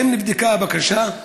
1. האם נבדקה הבקשה?